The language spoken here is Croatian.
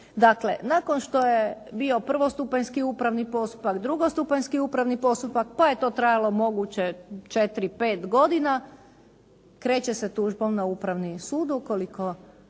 Dakle, nakon što je bio prvostupanjski upravni postupak, drugostupanjski upravni postupak pa je to trajalo moguće četiri, pet godina kreće se tužbom na Upravni sud ukoliko